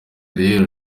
rero